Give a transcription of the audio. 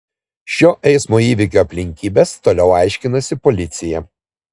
šio eismo įvykio aplinkybes toliau aiškinasi policija